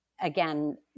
again